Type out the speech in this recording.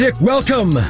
Welcome